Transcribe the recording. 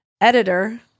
editor